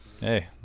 Hey